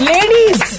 Ladies